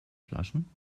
flaschen